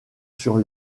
sur